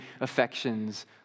affections